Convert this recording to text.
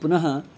पुनः